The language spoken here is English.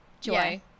Joy